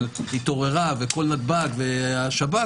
אבל התעוררה וכל נתב"ג והשב"כ,